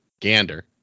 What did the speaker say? gander